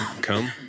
come